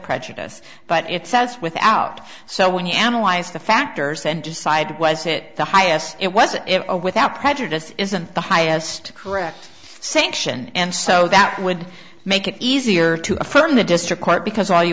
prejudice but it says without so when you analyze the factors and decide was it the highest it was a without prejudice isn't the highest correct sanction and so that would make it easier to affirm the district court because all you